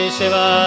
Shiva